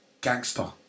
gangster